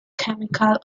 chemical